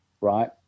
Right